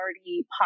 already